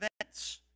events